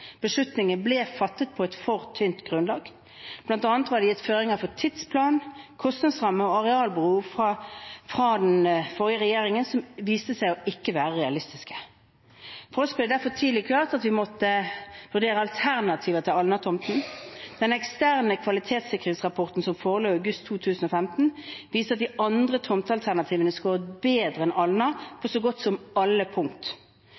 beslutningen ble fattet på et for tynt grunnlag. Blant annet var det gitt føringer for tidsplan, kostnadsramme og arealbehov fra den forrige regjeringen som viste seg ikke å være realistiske. For oss ble det derfor tidlig klart at vi måtte vurdere alternativer til Alna-tomten. Den eksisterende kvalitetssikringsrapporten som forelå i august 2015, viste at de andre tomtealternativene scoret bedre enn Alna